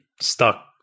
stuck